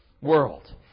world